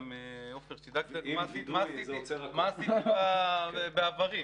כדי שתדע מה עשיתי בעברי.